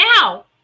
now